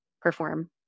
perform